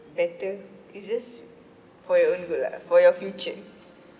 better it's for your own good lah for your future